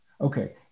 Okay